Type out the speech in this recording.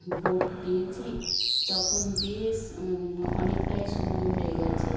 vote দিয়েছি তখন বেশ অনেকটাই সময় হয়ে গেছে